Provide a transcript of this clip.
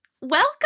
Welcome